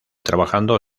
trabajando